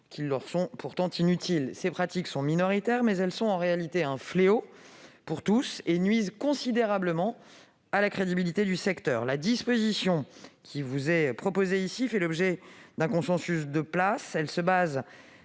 des garanties inutiles. Ces pratiques sont minoritaires, mais elles sont en réalité un fléau pour tout le monde et nuisent considérablement à la crédibilité du secteur. La disposition qui vous est proposée ici fait l'objet d'un consensus de place